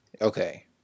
Okay